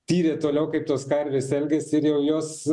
tyrė toliau kaip tos karvės elgėsi ir jau jos